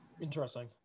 interesting